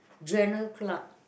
general clerk